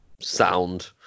sound